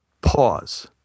Pause